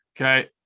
Okay